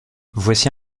voici